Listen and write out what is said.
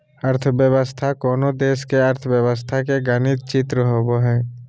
अर्थव्यवस्था कोनो देश के अर्थव्यवस्था के गणित चित्र होबो हइ